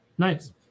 Nice